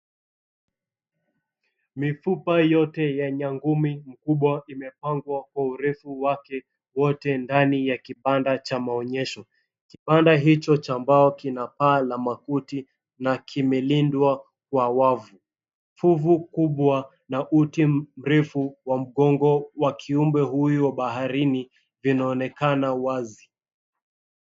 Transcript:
Mifupa yote ya nyangumi mkubwa imepangwa kwa urefu wake wote ndani ya kibanda cha maonyesho. Kibanda hicho cha mbao kina paa la makuti na kimelindwa kwa wavu. Fuvu kubwa na uti mrefu wa mgongo wa kiumbe huyu wa baharini, vinaonekana wazi.